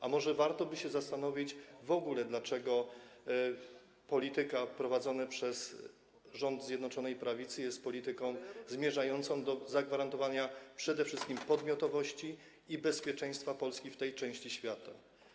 A może warto w ogóle zastanowić się, dlaczego polityka prowadzona przez rząd Zjednoczonej Prawicy jest polityką zmierzającą do zagwarantowania przede wszystkim podmiotowości i bezpieczeństwa Polski w tej części świata?